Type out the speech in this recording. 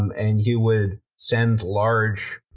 um and you would send large,